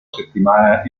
settimana